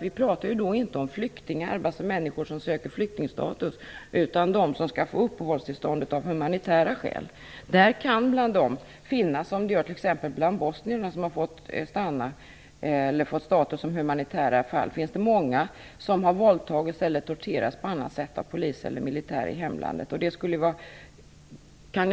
Vi pratar inte om människor som har flyktingstatus, utan om dem som skall få uppehållstillstånd av humanitära skäl. Bland dem kan finnas, som t.ex. bland de bosnier som har fått status som humanitära fall, många som har våldtagits eller torterats på annat sätt av polis eller militär i hemlandet.